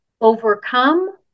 overcome